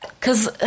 cause